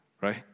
right